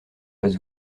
pas